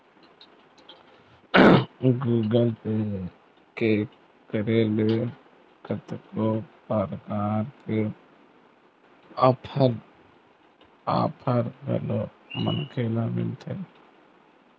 Google pay के करे ले कतको परकार के आफर घलोक मनखे ल मिलथे